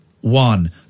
one